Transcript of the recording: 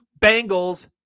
Bengals